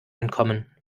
entkommen